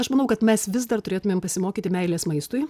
aš manau kad mes vis dar turėtumėm pasimokyti meilės maistui